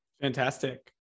Fantastic